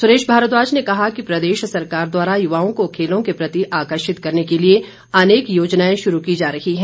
सुरेश भारद्वाज ने कहा कि प्रदेश सरकार द्वारा युवाओं को खेलों के प्रति आकर्षित करने के लिए अनेक योजनाएं शुरू की जा रही है